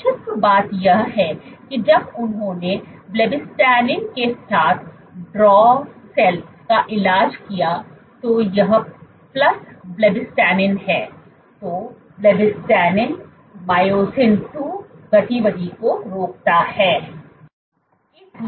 दिलचस्प बात यह है कि जब उन्होंने ब्लोबबिस्टैटिन के साथ ड्रॉ सेल्स का इलाज किया तो यह प्लस ब्लबिस्टैटिन है तो ब्लोबिस्टिन मायोसिन II गतिविधि को रोकता है